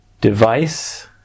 device